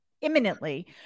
imminently